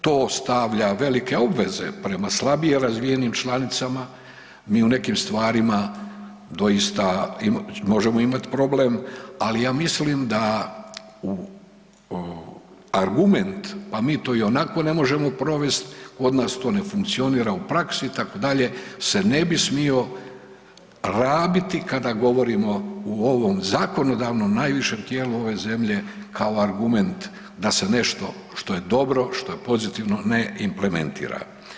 To stavlja velike obveze prema slabije razvijenim članicama, mi u nekim stvarima možemo imati problem, ali ja mislim da argument, pa mi to ionako ne možemo provest, kod nas to ne funkcionira u praksi itd. se ne bi smio rabiti kada govorimo u ovom zakonodavno najvišem tijelu ove zemlje kao argument da se nešto što je dobro, što je pozitivno ne implementira.